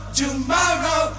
tomorrow